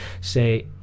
say